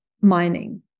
mining